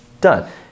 done